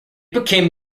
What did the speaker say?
became